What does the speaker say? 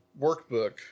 workbook